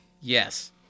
Yes